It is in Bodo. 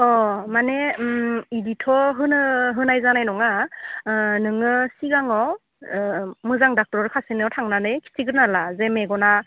अ माने बिदिथ' होनो होनाय जानाय नङा नोङो सिगाङाव मोजां डक्ट'र सासेनाव थांनानै खिन्थिग्रोना ला जे मेगना